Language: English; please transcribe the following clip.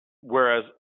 whereas